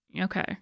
okay